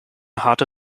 harte